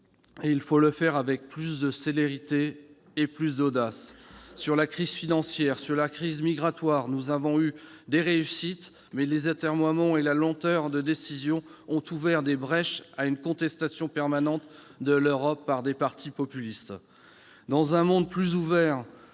Il faut le faire avec plus de célérité et plus d'audace ! Sur la crise financière, sur la crise migratoire, nous avons eu des réussites, mais les atermoiements et la lenteur des décisions ont ouvert la brèche à une contestation permanente de l'Europe par les partis populistes. Dans un monde plus ouvert,